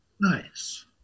Nice